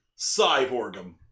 Cyborgum